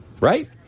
Right